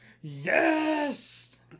Yes